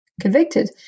convicted